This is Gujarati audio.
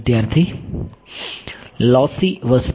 વિદ્યાર્થી લોસી વસ્તુ